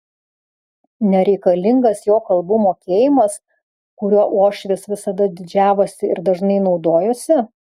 nereikalingas jo kalbų mokėjimas kuriuo uošvis visada didžiavosi ir dažnai naudojosi